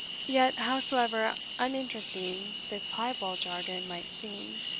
yet, howsoever uninteresting this piebald jargon might seem,